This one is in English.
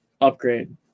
upgrade